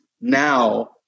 now